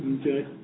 Okay